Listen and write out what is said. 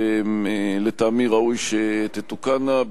שלטעמי ראוי שתתוקנה,